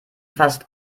fast